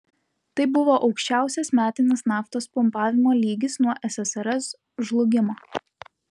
tai buvo aukščiausias metinis naftos pumpavimo lygis nuo ssrs žlugimo